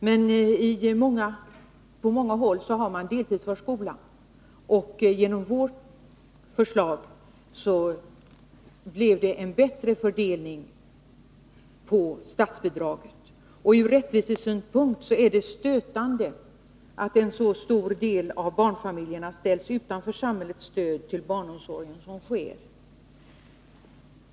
Men på många håll har man deltidsförskola, och genom vårt förslag blev det en bättre fördelning av statsbidraget. Ur rättvisesynpunkt är det stötande att en så stor del av barnfamiljerna ställs utanför samhällets stöd till barnomsorgen som nu är fallet.